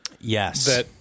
Yes